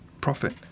profit